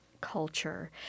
culture